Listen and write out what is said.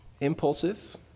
impulsive